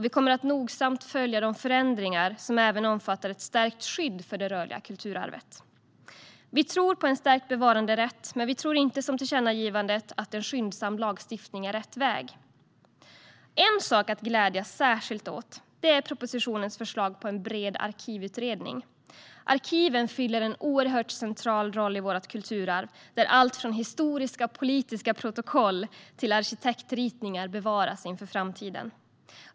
Vi kommer att nogsamt följa de förändringar som även omfattar ett stärkt skydd för det rörliga kulturarvet. Vi tror på en stärkt bevaranderätt, men vi tror inte som sägs i tillkännagivandet att en skyndsam lagstiftning är rätt väg. En sak att glädjas särskilt åt är propositionens förslag om en bred arkivutredning. Arkiven fyller en oerhört central roll i vårt kulturarv, där allt från historiska politiska protokoll till arkitektritningar bevaras för framtiden.